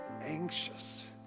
anxious